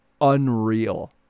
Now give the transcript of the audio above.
unreal